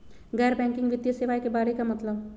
गैर बैंकिंग वित्तीय सेवाए के बारे का मतलब?